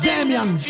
Damian